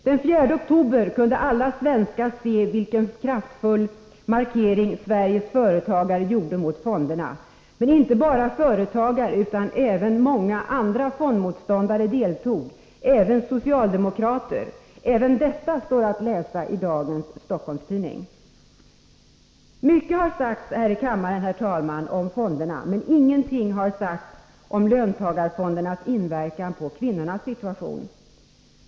Den 4 oktober kunde alla svenskar se vilken kraftfull markering Sveriges företagare gjorde mot fonderna, men inte bara företagare utan även många andra fondmotståndare deltog, även socialdemokrater. — Även detta står att läsa i dagens Stockholms-Tidningen. Mycket har sagts här i kammaren, herr talman, om fonderna, men ingenting har sagts om löntagarfondernas inverkan på kvinnornas situation.